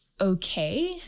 okay